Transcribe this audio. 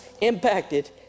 impacted